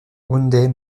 hyundai